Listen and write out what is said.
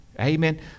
Amen